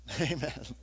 Amen